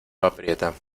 aprieta